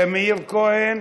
מאיר כהן,